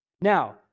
Now